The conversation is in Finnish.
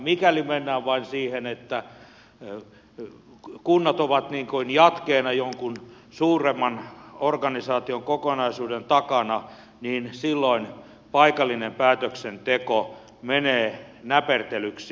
mikäli mennään vain siihen että kunnat ovat jatkeena jonkun suuremman organisaatiokokonaisuuden takana niin silloin paikallinen päätöksenteko menee näpertelyksi